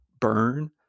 burn